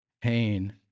pain